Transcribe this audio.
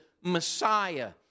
Messiah